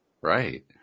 Right